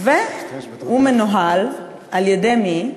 והוא מנוהל על-ידי מי?